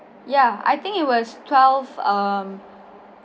ya I think it was twelve um